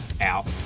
out